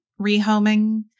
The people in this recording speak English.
rehoming